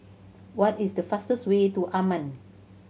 what is the fastest way to Amman